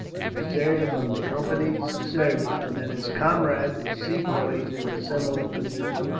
a deserter from the company's service, and that his comrades were sepoys in a similar position.